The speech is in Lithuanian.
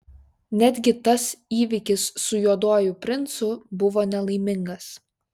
netgi tas įvykis su juoduoju princu buvo nelaimingas